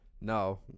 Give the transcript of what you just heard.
No